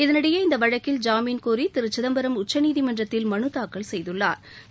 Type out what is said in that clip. இதனிடையே இந்த வழக்கில் ஜாமின் கோரி திரு ப சிதம்பரம் உச்சநீதிமன்றத்தில் மனு தாக்கல் செய்துள்ளாா்